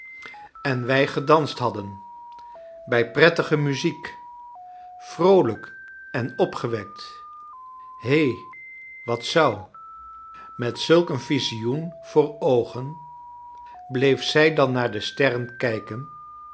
en wij gedanst hadden bij prettige muziek vroolijk en opgewekt he wat zou met znlk een visioen voor oogen bleef zij dan naar de sterren kijken